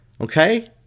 Okay